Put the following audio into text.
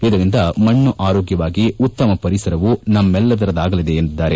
ಇದರಿಂದ ಮಣ್ಣು ಆರೋಗ್ಯವಾಗಿ ಉತ್ತಮ ಪರಿಸರವು ನಮ್ಮೆಲ್ಲರದಾಗಲಿದೆ ಎಂದಿದ್ದಾರೆ